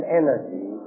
energy